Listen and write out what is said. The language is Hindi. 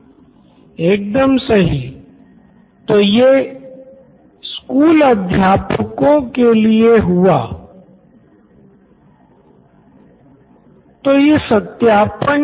Nitin Kurian COO Knoin electronics न सिर्फ की वो बेहतर नोट्स चाहते है पर वो कुछ लिख नहीं पाये या कुछ लिखने से कुछ छूट गया शायद इसलिए उनकी लिखने की गति धीमी हो जाती है